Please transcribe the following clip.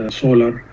solar